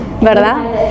¿verdad